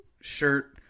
shirt